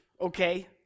okay